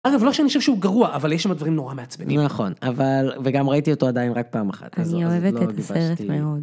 אגב אני לא שאני חושב שהוא גרוע אבל יש שמה דברים נורא מעצבנים. נכון אבל וגם ראיתי אותו עדיין רק פעם אחת. אני אוהבת את הסרט מאוד.